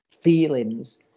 feelings